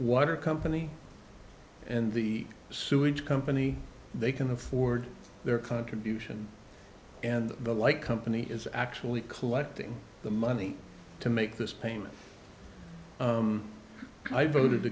water company and the sewage company they can afford their contribution and the like company is actually collecting the money to make this payment i voted